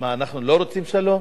מה, אנחנו לא רוצים שלום?